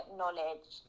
knowledge